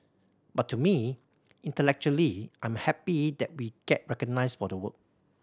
but to me intellectually I'm happy that we get recognised for the work